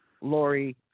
Lori